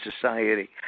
society